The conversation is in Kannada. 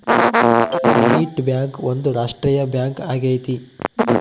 ಯೂನಿಯನ್ ಬ್ಯಾಂಕ್ ಒಂದು ರಾಷ್ಟ್ರೀಯ ಬ್ಯಾಂಕ್ ಆಗೈತಿ